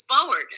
forward